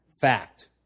fact